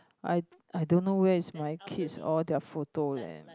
I I don't know where is my kids all their photo leh